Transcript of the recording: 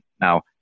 Now